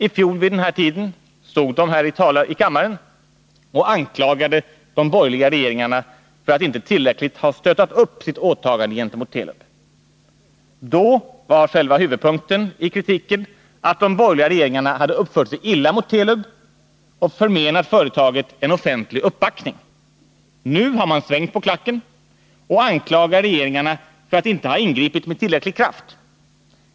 I fjol vid den här tiden stod de här i kammaren och anklagade de borgerliga regeringarna för att inte tillräckligt ha stöttat upp sitt åtagande gentemot Telub. Då var huvudpunkten i kritiken att de borgerliga regeringarna hade uppfört sig illa mot Telub och förmenat företaget en offentlig uppbackning. Nu har man svängt på klacken och anklagar regeringarna för att inte ha ingripit med tillräcklig kraft.